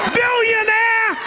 billionaire